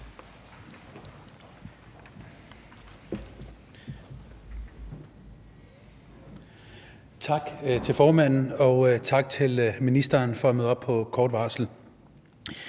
Tak til formanden, og tak til ministeren for at møde op med kort varsel.